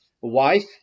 wife